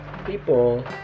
people